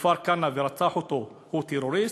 מכפר-כנא ורצח אותו הוא טרוריסט,